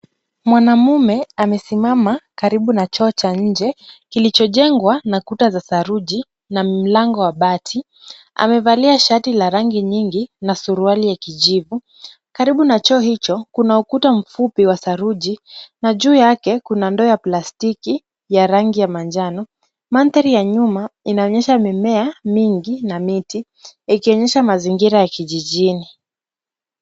Mwanamume amesimama karibu na choo cha nje, kilichojengwa na kuta za saruji, na mlango wa bati. Amevalia shati la rangi nyingi na suruali ya kijivu. Karibu na choo hicho kuna ukuta mfupi wa saruji na juu yake kuna ndoo ya plastiki ya rangi ya manjano. Mandhari ya nyuma inaonyesha mimea mingi na miti, ikionyesha mazingira ya kijijini.